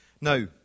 Now